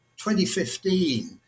2015